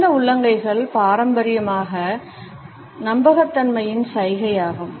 திறந்த உள்ளங்கைகள் பாரம்பரியமாக நம்பகத்தன்மையின் சைகை ஆகும்